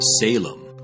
Salem